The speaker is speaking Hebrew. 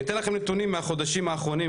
אני אתן לכם נתונים מהחודשים האחרונים,